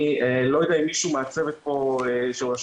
אני לא יודע אם מישהו מהצוות פה של רשות